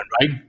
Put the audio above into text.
right